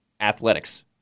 athletics